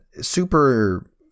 super